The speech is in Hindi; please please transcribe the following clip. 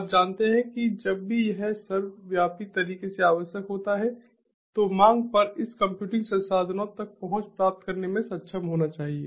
आप जानते हैं कि जब भी यह सर्वव्यापी तरीके से आवश्यक होता है तो मांग पर इस कंप्यूटिंग संसाधनों तक पहुंच प्राप्त करने में सक्षम होना चाहिए